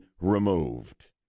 removed